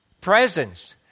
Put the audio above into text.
presence